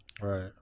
Right